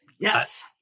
Yes